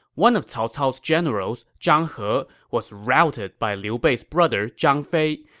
one of cao cao's generals, zhang he, was routed by liu bei's brother zhang fei,